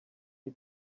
you